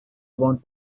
want